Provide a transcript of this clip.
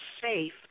safe